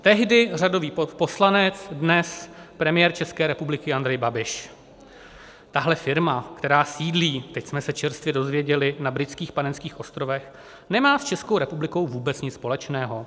Tehdy řadový poslanec, dnes premiér České republiky Andrej Babiš: Tahle firma, která sídlí teď jsme se čerstvě dozvěděli na Britských Panenských ostrovech, nemá s Českou republikou vůbec nic společného.